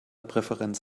präferenz